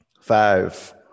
five